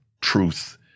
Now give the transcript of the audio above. truth